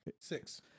Six